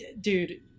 Dude